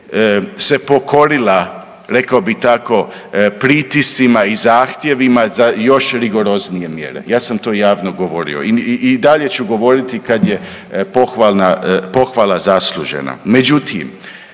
se pokorila pritiscima i zahtjevima za još rigoroznije mjere. Ja sam to javno govorio i dalje ću govoriti kad je pohvala zaslužena.